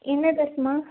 என்ன ட்ரெஸ்மா